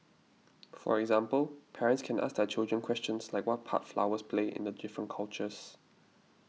for example parents can ask their children questions like what part flowers play in the different cultures